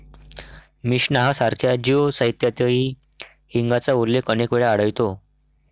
Mishnah सारख्या Jew साहित्यातही हिंगाचा उल्लेख अनेक वेळा आढळतो